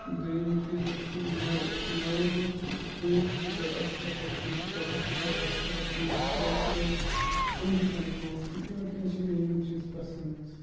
دٔیِم چیٖز حظ گوٚو میوٕ میوو منٛز چھِ ژوٗنٛٹھ تہِ بَڑٕ اَصٕل اگر کٲنٛسہِ لۄکُٹ پِشاب آسہِ خراب تٔمِس چھُ بہتر حظ اَمرِکَن ژوٗنٛٹھ کھیوٚن اَمۍ کِنۍ چھِ مےٚ یِم چیٖز پَسنٛد حظ